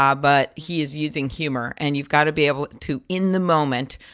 ah but he is using humor. and you've got to be able to, in the moment,